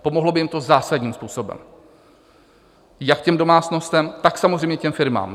Pomohlo by jim to zásadním způsobem, jak domácnostem, tak samozřejmě firmám.